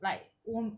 like